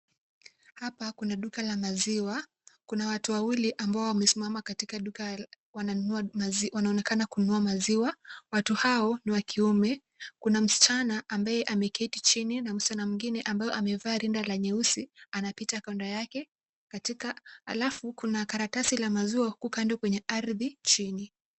Hapa Kuna duka la maziwa, Kuna watu wawili ambao wamesimama katika duka, waonekana kununua maziwa, watu hao ni wa kiume, Kuna msichana ambaye ameketi chini na msichana mwingine ambayo amefaa rinda ya nyeusi anapita kando yake, alafu Kuna karatasi la maziwa uku kando kwenye ardhi chini.